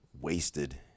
wasted